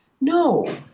No